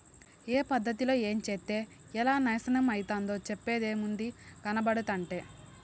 ఏ పద్ధతిలో ఏంచేత్తే ఎలా నాశనమైతందో చెప్పేదేముంది, కనబడుతంటే